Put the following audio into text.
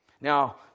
Now